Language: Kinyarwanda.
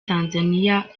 tanzaniya